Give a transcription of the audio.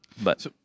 But-